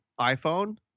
iPhone